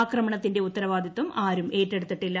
ആക്രമണത്തിന്റെ ഉത്തരവാദിത്തം ആരും ഏറ്റെടുത്തിട്ടില്ല